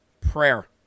Prayer